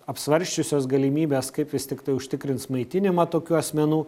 apsvarsčiusios galimybes kaip vis tiktai užtikrins maitinimą tokių asmenų